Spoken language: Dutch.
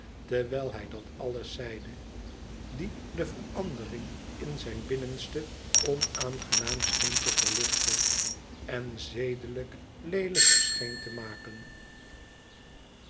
terwijl hij dat alles zeide die de verandering in zijn binnenste onaangenaam scheen te verlichten en zedelijk leelijker scheen te maken